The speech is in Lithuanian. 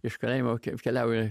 iš kaimo kaip keliauju